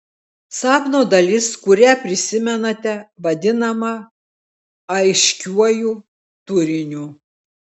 sapno dalis kurią prisimenate vadinama aiškiuoju turiniu